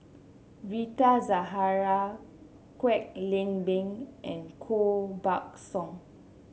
Rita Zahara Kwek Leng Beng and Koh Buck Song